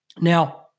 Now